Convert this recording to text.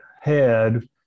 head